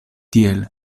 tiel